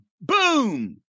Boom